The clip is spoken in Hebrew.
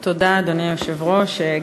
אדוני היושב-ראש, תודה.